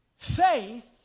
Faith